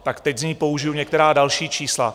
Tak teď z ní použiju některá další čísla.